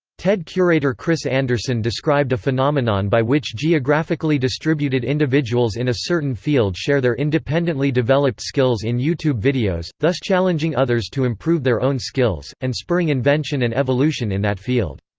ted curator chris anderson described a phenomenon by which geographically distributed individuals in a certain field share their independently developed skills in youtube videos, thus challenging others to improve their own skills, and spurring invention and evolution in that field.